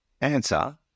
answer